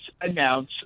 announce